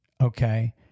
Okay